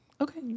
Okay